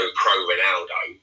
pro-Ronaldo